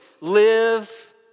live